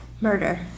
Murder